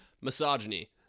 Misogyny